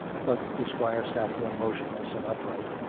but the squire sat there, motionless and upright,